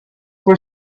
for